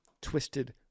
Twisted